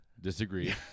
disagree